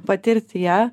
patirti ją